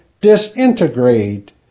disintegrate